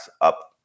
up